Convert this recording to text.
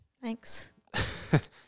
Thanks